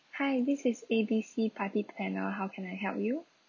hi this is A B C party planner how can I help you